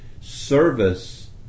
service